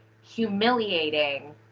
humiliating